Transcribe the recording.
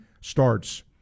starts